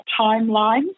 timeline